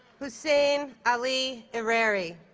hussein ali ireri